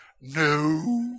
no